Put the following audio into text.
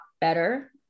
better